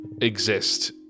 exist